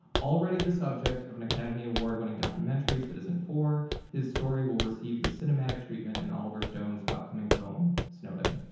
already the subject of an academy award winning documentary, citizenfour, his story will receive the cinematic treatment in oliver stone's upcoming film, snowden.